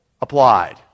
applied